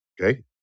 okay